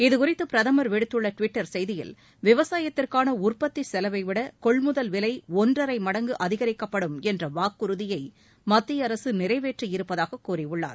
இதுகுறித்து பிரதமர் விடுத்துள்ள டுவிட்டர் செய்தியில் விவசாயத்திற்கான உற்பத்தி செலவைவிட கொள்முதல் விலை ஒன்றரை மடங்கு அதிகரிக்கப்படும் என்ற வாக்குறுதியை மத்திய அரசு நிறைவேற்றியிருப்பதாகக் கூறியுள்ளார்